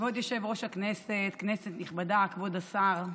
כבוד יושב-ראש הכנסת, כנסת נכבדה, כבוד השר,